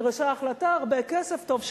נדרשה החלטה, הרבה כסף, וטוב שנעשה.